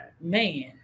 Man